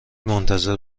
منتظر